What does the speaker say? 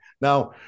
now